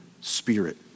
spirit